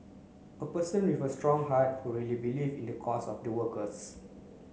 a person with a strong heart who really believe in the cause of the workers